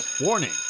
Warning